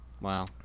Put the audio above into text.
Wow